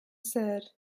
said